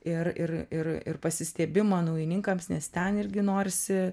ir ir ir ir pasistiebimą naujininkams nes ten irgi norisi